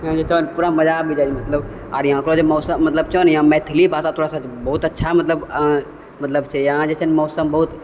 यहाँ जे छै ने पूरा मजा आबि जाइ छै मतलब आर यहाँ के जे मौसम मतलब छह ने यहाँ मैथिली भाषा तोरा साथ बहुत अच्छा मतलब मतलब छै यहाँ जे छै ने मौसम बहुत मतलब